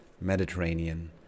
Mediterranean